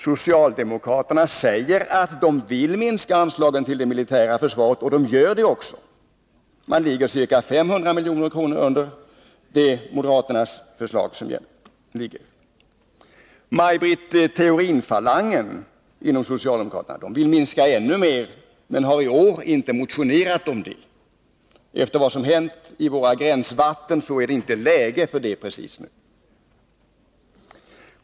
Socialdemokraterna säger att de vill minska anslagen till det militära försvaret, och de gör det också. De ligger ca 500 milj.kr. under moderaternas förslag. Maj Britt Theorin-falangen inom socialdemokratin vill minska ännu mer, men har i år inte motionerat om det. Efter vad som hänt i våra gränsvatten är läget inte precis lämpligt för det nu.